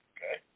Okay